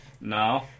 No